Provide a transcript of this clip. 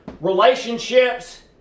relationships